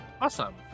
Awesome